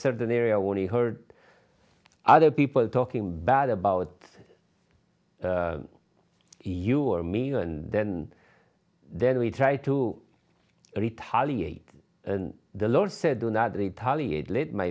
certain area when he heard other people talking bad about you or me and then then we try to retaliate and the lord said do not retaliate let my